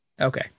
Okay